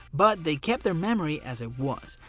but they kept their memory as it was.